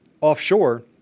offshore